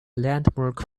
landmark